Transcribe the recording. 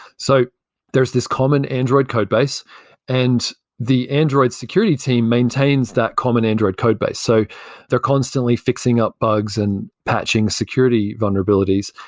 so there's this common android codebase and the android security team maintains that common android codebase, so they're constantly fixing up bugs and patching security vulnerabilities.